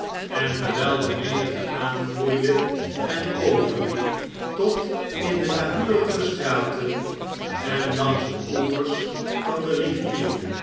en terwjjl de menigte aangroeide en overliep tot in de naburige straten en langs de oevers van de rivier